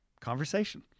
conversation